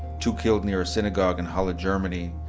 two killed near a synagogue in halle, germany.